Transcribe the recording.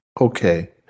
Okay